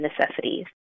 necessities